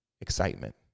excitement